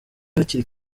hakiri